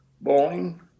bowling